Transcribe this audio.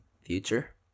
future